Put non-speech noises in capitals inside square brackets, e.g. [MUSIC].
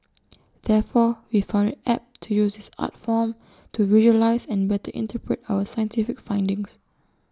[NOISE] therefore we found IT apt to use this art form to visualise and better interpret our scientific findings